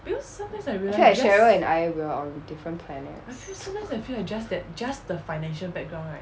I feel like cheryl and I are on different planets